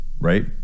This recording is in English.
right